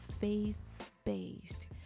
faith-based